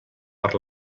per